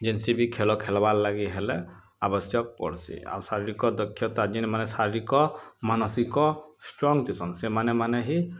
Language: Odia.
ଯେନସି ବି ଖେଲ ଖେଲବାର୍ ଲାଗି ହେଲେ ଆବଶ୍ୟକ୍ ପଡ଼ସି ଆଉ ଶାରୀରିକ ଦକ୍ଷତା ଯେନ୍ ମାନେ ଶାରୀରିକ ମାନସିକ ଷ୍ଟ୍ରଙ୍ଗ୍ ଥିସନ୍ ସେମାନେ ମାନେ ହିଁ